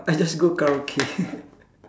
I just go karaoke